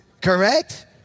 correct